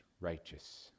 righteous